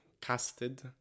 casted